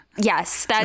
Yes